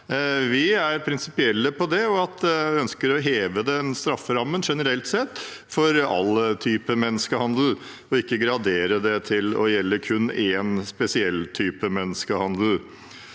Vi er prinsipielle på det og ønsker å heve strafferammen generelt sett for all type menneskehandel og ikke gradere det til å gjelde kun en spesiell type menneskehandel.